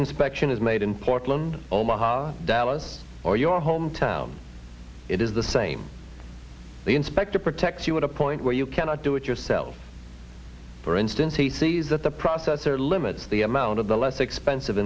inspection is made in portland omaha or dallas or your hometown it is the same the inspector protects you what a point where you cannot do it yourself for instance he sees that the processor limits the amount of the less expensive